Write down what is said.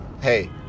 hey